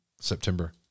September